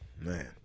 Man